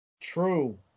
True